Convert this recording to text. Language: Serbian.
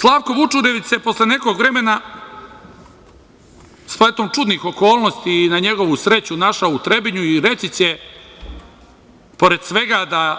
Slavko Vučurević se posle nekog vremena, spletom čudnih okolnosti i na njegovu sreću, našao u Trebinju i reći će, pored svega, da